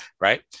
right